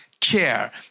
care